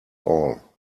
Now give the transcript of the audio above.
all